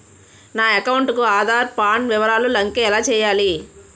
నా అకౌంట్ కు ఆధార్, పాన్ వివరాలు లంకె ఎలా చేయాలి?